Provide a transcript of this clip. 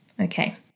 Okay